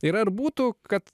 ir ar būtų kad